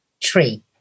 tree